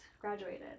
graduated